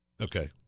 Okay